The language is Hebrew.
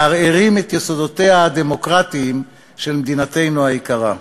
מערערים את יסודותיה הדמוקרטיים של מדינתנו היקרה.